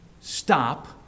stop